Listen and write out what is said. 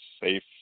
safe